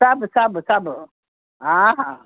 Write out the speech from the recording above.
सभु सभु सभु हा हा